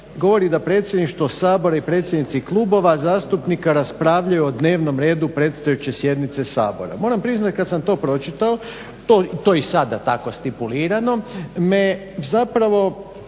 govori da Predsjedništvo Sabora i predsjednici klubova zastupnika raspravljaju o dnevnom redu predstojeće sjednice Sabora. Moram priznat kad sam to pročitao, to je i sada tako stipulirano, me zapravo